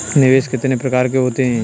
निवेश कितने प्रकार के होते हैं?